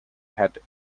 had